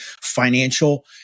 financial